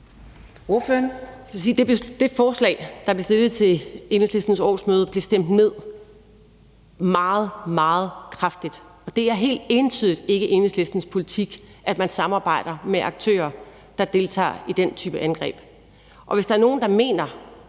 Det forslag, der blev stillet til Enhedslistens årsmøde, blev stemt ned – meget, meget kraftigt. Det er helt entydigt ikke Enhedslistens politik, at man samarbejder med aktører, der deltager i den type angreb, og hvis der er nogen, der mener,